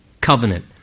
covenant